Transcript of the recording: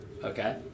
Okay